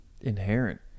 Inherent